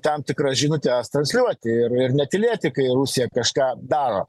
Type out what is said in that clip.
tam tikras žinutes transliuoti ir netylėti kai rusija kažką daro